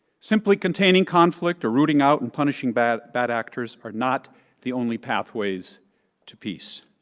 simply containing conflict or rooting out and punishing bad bad actors are not the only pathways to peace.